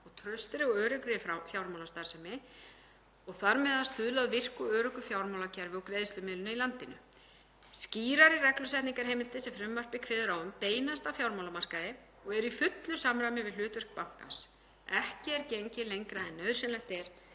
og traustri og öruggri fjármálastarfsemi og þar með að stuðla að virku og öruggu fjármálakerfi og greiðslumiðlun í landinu. Skýrari reglusetningarheimildir sem frumvarpið kveður á um beinast að fjármálamarkaði og eru í fullu samræmi við hlutverk bankans. Ekki er gengið lengra en nauðsynlegt er